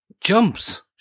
jumps